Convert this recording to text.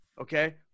okay